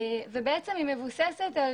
ובעצם היא מבוססת על